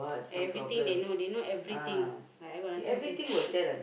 everything they know they know everything like I got nothing to say